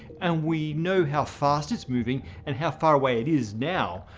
and we know how fast it's moving and how far away it is now,